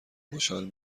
خوشحال